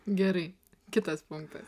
gerai kitas punktas